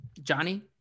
Johnny